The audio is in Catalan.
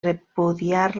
repudiar